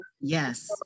Yes